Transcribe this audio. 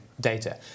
data